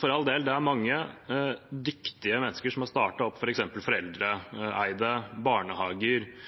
for all del mange dyktige mennesker som har startet opp f.eks. foreldreeide barnehager –